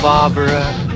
Barbara